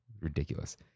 Ridiculous